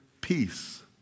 peace